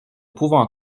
pouvant